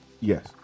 yes